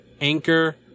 Anchor